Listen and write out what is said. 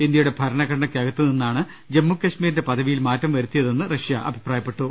ഇന്ത്യയുടെ ഭരണഘടനയ്ക്കകത്തുനിന്നാണ് ജമ്മു കശ്മീരിന്റെ പദവിയിൽ മാറ്റം വരുത്തിയതെന്ന് റഷ്യ അഭിപ്രായപ്പെട്ടു